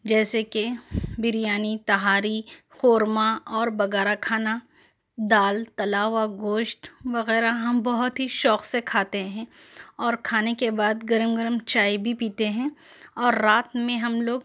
جیسے کہ بریانی تہاری قورما اور بگارا کھانا دال تلا ہُوا گوشت وغیرہ ہم بہت ہی شوق سے کھاتے اور کھانے کے بعد گرم گرم چائے بھی پیتے ہیں اور رات میں ہم لوگ